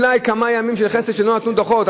אולי כמה ימים של חסד שלא נתנו דוחות.